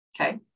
okay